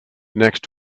next